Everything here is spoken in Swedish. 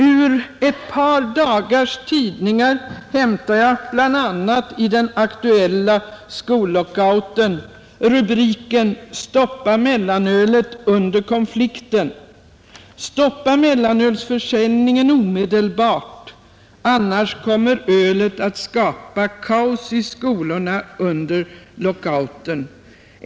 Ur ett par dagars tidningar hämtar jag bl.a. från den aktuella skollockouten under rubriken ”Stoppa mellanölet under konflikten” följande: ”Stoppa mellanölsförsäljningen omedelbart. Annars kommer mellanölet att skapa kaos i skolorna under lockouten.